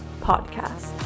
podcast